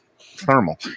thermal